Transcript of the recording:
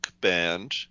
band